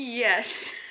Yes